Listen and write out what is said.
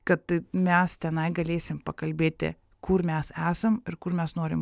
kad mes tenai galėsim pakalbėti kur mes esam ir kur mes norim